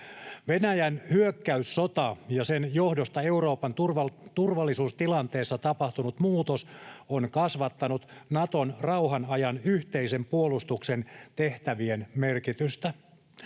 Venäjän hyökkäyssota ja sen johdosta Euroopan turvallisuustilanteessa tapahtunut muutos ovat kasvattaneet Naton rauhan ajan yhteisen puolustuksen tehtävien merkitystä.